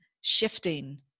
shifting